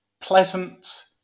pleasant